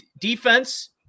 defense